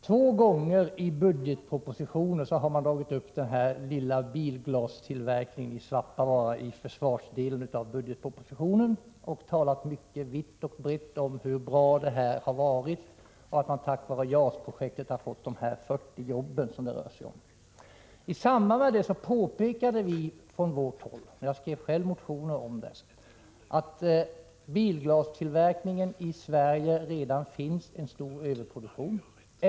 Två gånger har man dragit upp den lilla bilglastillverkningen i Svappavaara i försvarsdelen av budgetpropositionen och talat vitt och brett om hur bra det har varit att man tack vare JAS-projektet har fått de 40 jobb som det rör sig om. I samband med det påpekade vi från vårt håll — ja, jag skrev själv motioner — att bilglastillverkningen i Sverige redan hade en = Prot. 1986/87:14 stor överproduktion.